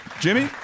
Jimmy